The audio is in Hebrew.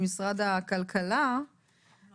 ממשרד הכלכלה אבל הם לא